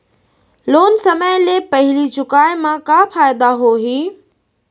Loan समय ले पहिली चुकाए मा का फायदा होही?